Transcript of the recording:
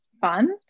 fun